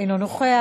אינו נוכח.